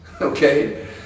okay